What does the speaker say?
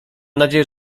nadzieję